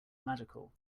magical